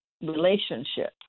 relationship